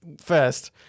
First